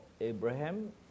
Abraham